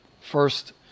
first